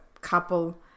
couple